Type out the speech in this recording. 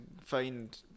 find